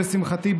לשמחתי,